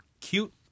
cute